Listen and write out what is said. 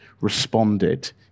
responded